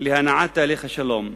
להנעת תהליך השלום.